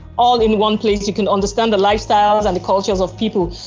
all in one place. you can understand the lifestyles and the cultures of people.